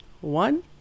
One